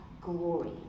glory